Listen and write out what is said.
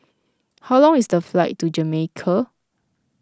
how long is the flight to Jamaica